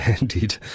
Indeed